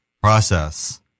process